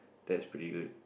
that's pretty good